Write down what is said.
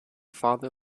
father